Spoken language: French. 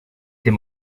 tes